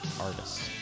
Artists